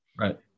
Right